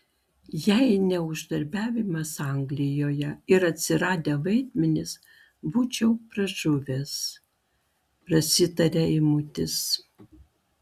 jei ne uždarbiavimas anglijoje ir atsiradę vaidmenys būčiau pražuvęs prasitaria eimutis